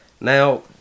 Now